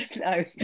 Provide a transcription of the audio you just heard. No